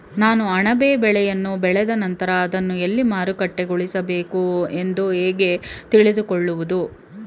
ನಾನು ಅಣಬೆ ಬೆಳೆಯನ್ನು ಬೆಳೆದ ನಂತರ ಅದನ್ನು ಎಲ್ಲಿ ಮಾರುಕಟ್ಟೆಗೊಳಿಸಬೇಕು ಎಂದು ಹೇಗೆ ತಿಳಿದುಕೊಳ್ಳುವುದು?